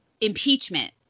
impeachment